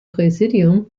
präsidium